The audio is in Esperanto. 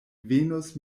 venos